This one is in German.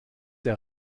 der